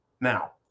Now